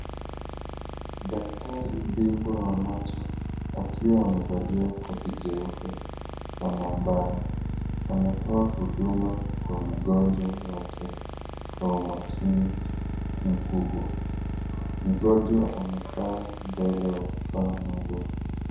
Daktari bingwa wa macho akiwa amevalia koti jeupe la maabara. Anatoa huduma kwa mgonjwa wake kwa umakini mkubwa. Mgonjwa amekaa mbele ya kifaa maalum.